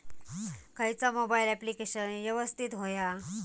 खयचा mobile application यवस्तित होया?